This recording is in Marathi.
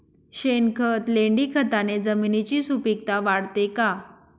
शेणखत, लेंडीखताने जमिनीची सुपिकता वाढते का?